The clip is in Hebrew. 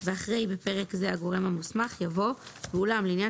ואחרי "(בפרק זה הגורם המוסמך" יבוא "ואולם לעניין